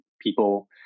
people